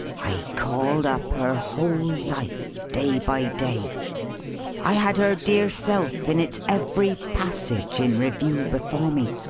i called up her whole life, day by day i had her dear self, in its every passage, in review before me.